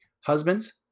Husbands